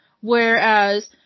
Whereas